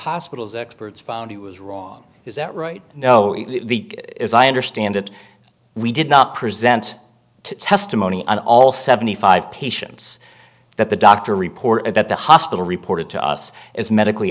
hospital's experts found he was wrong is that right no as i understand it we did not present testimony on all seventy five patients that the doctor report that the hospital reported to us as medically